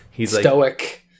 Stoic